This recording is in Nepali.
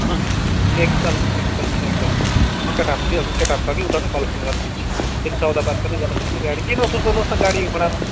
एकदम एकदम एकदम म केटाहरू दिइहाल्छु नि केटाहरू छ कि उठाउने कलेक्सन गर्ने फेरि सौदापात पनि गर्नुपऱ्यो गाडी केही नसुर्ताउनोस् न गाडीको कुरामा